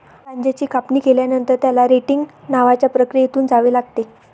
गांजाची कापणी केल्यानंतर, त्याला रेटिंग नावाच्या प्रक्रियेतून जावे लागते